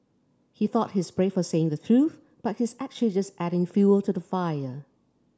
he thought he's brave for saying the truth but he's actually just adding fuel to the fire